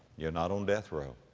you're not on death row.